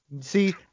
See